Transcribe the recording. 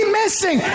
missing